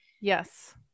Yes